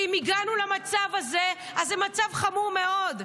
ואם הגענו למצב כזה, אז זה מצב חמור מאוד.